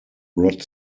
rod